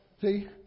See